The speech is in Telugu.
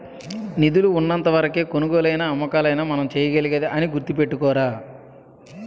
నిధులు ఉన్నంత వరకే కొనుగోలైనా అమ్మకాలైనా మనం చేయగలిగేది అని గుర్తుపెట్టుకోరా